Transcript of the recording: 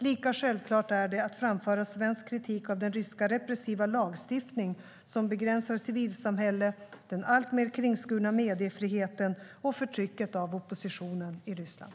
Lika självklart är det att framföra svensk kritik mot den ryska repressiva lagstiftning som begränsar civilsamhället, den alltmer kringskurna mediefriheten och förtrycket av oppositionen i Ryssland.